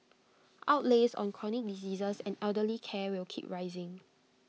outlays on chronic diseases and elderly care will keep rising